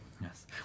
Yes